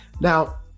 Now